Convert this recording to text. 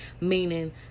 meaning